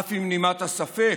אף אם בנימת הספק,